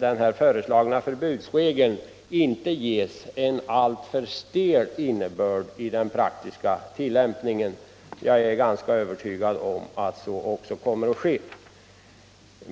den här föreslagna förbudsregeln inte skall ges en alltför stel innebörd vid den praktiska tillämpningen. Jag är övertygad om att så inte kommer att ske.